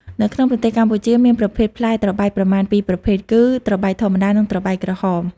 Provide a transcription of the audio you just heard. នៅក្នុងប្រទេសកម្ពុជាមានប្រភេទផ្លែត្របែកប្រមាណ ពីរប្រភេទ គឺត្របែកធម្មតា និងត្របែកក្រហម។